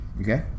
okay